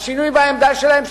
השינוי בעמדה שלהם,